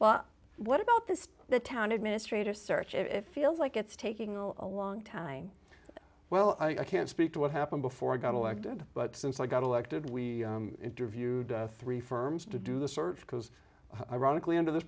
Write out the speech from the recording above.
well what about this the town administrator search if feels like it's taking a long time well i can't speak to what happened before i got elected but since i got elected we interviewed three firms to do the search because ironically under this